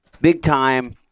big-time